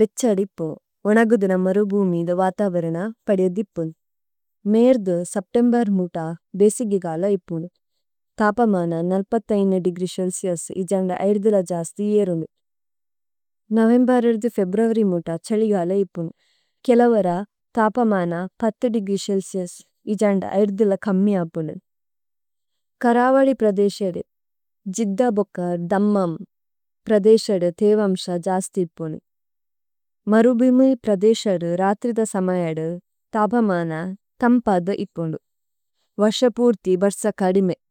ബെച്ചഡിപ്പു, വനഗുദിന മരുഭൂമിദ വാതാവരണ പഡെദിപ്പു। മേര്ദ സബ്ടെംബാര് മൂട ബേസിഗിഗാലെ ഇപ്പുനു, താപമാന നല്പത്തായിന ഡിഗ്രിശല്സിയാസ് ഇജാംഡ ആയര്ദില്ല ജാസ്തി ഏരുനു। നവേംബാര ഇര്ദു ഫേബ്രവരി മൂട ചളിഗാലെ ഇപ്പുനു, കിലവര താപമാന പത്തി ഡിഗ്രിശല്സിയാസ് ഇജാംഡ ആയര്ദില്ല കമ്മിയാപ്പുനു। കരാവാളി പ്രദേശരു ജിദ്ദ ബൊക്ക ദമ്മമ് പ്രദേശരു ധേവംഷ ജാസ്തി ഇപ്പുനു। മരുബിമൈ പ്രദേശരു രാത്രിദ സമൈയഡു താപമാന തമ്പാദ ഇപ്പുനു। വര്ഷ പൂര്തി ബര് നീവു പ്രദേശരു ജിദ്ദ ബൊക്ക ദമ്മമ് പ്രദേശരു ജിദ്ദ സമൈയഡു താപമാന തമ്പാദ ഇപ്പുനു।